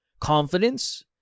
Confidence